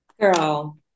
girl